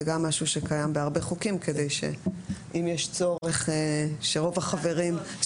זה גם משהו שקיים בהרבה חוקים כדי שאם יש צורך שרוב החברים.